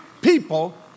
people